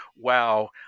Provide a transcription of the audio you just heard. wow